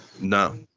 No